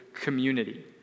community